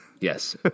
Yes